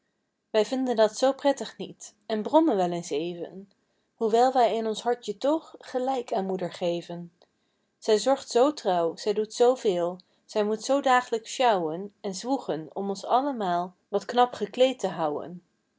wij vinden dat zoo prettig niet en brommen wel eens even hoewel wij in ons hartje toch gelijk aan moeder geven zij zorgt zoo trouw zij doet zoo veel zij moet zoo daag'lijks sjouwen en zwoegen om ons allemaal wat knap gekleed te houên